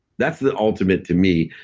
that's the ultimate, to me,